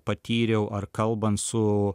patyriau ar kalbant su